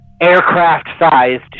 aircraft-sized